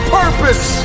purpose